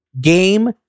game